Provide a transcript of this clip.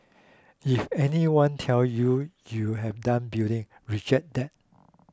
if anyone tell you you have done building reject that